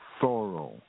thorough